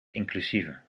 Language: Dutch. inclusiever